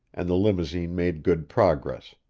and the limousine made good progress.